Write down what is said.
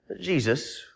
Jesus